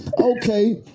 okay